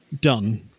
done